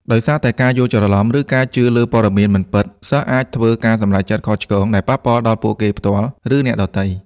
ដោយសារតែការយល់ច្រឡំ ឬការជឿលើព័ត៌មានមិនពិត សិស្សអាចធ្វើ ការសម្រេចចិត្តខុសឆ្គង ដែលប៉ះពាល់ដល់ពួកគេផ្ទាល់ ឬអ្នកដទៃ។